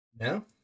No